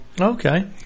Okay